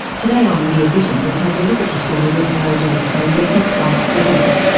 today on rear vision, we'll take a look at the story of marriage in australia since white settlement.